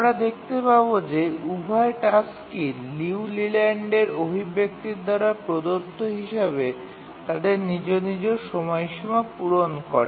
আমরা দেখতে পাব যে উভয় টাস্কই লিউ লেল্যান্ডের অভিব্যক্তি দ্বারা প্রদত্ত হিসাবে তাদের নিজ নিজ সময়সীমা পূরণ করে